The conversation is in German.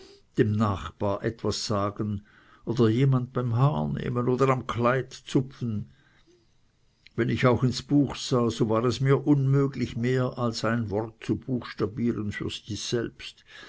dem nachbar etwas sagen oder jemand beim haar nehmen oder am kleid zupfen wenn ich auch ins buch sah so war es mir unmöglich mehr als ein wort zu buchstabieren für mich selbst